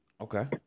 Okay